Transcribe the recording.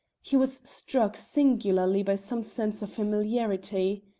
he was struck singularly by some sense of familiarity.